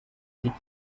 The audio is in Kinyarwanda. naho